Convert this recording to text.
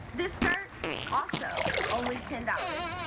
this skirt also, only ten dollars.